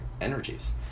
energies